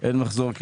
אין מחזור.